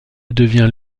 devient